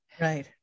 right